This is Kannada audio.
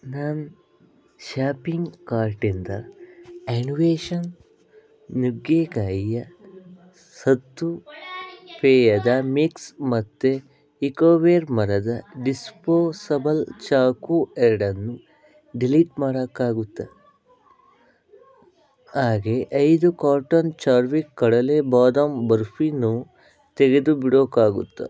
ನಾನು ಶಾಪಿಂಗ್ ಕಾರ್ಟಿಂದ ಇನ್ವೇಷನ್ ನುಗ್ಗೇಕಾಯಿಯ ಸತು ಪೇಯದ ಮಿಕ್ಸ್ ಮತ್ತೆ ಇಕೋ ವೆರ್ ಮರದ ಡಿಸ್ಪೋಸಬಲ್ ಚಾಕು ಎರಡನ್ನು ಡಿಲೀಟ್ ಮಾಡೋಕ್ಕಾಗುತ್ತ ಹಾಗೇ ಐದು ಕಾಟನ್ ಚಾರ್ವಿಕ್ ಕಡಲೇ ಬಾದಾಮ್ ಬರ್ಫಿನು ತೆಗೆದುಬಿಡೋಕ್ಕಾಗುತ್ತಾ